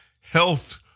health